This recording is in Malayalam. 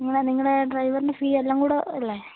നിങ്ങളുടെ നിങ്ങളുടെ ഡ്രൈവറിൻ്റെ ഫീ എല്ലാം കൂടെ അല്ലേ